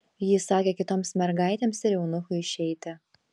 ji įsakė kitoms mergaitėms ir eunuchui išeiti